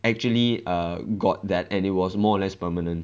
actually err got that and it was more or less permanent